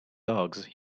dogs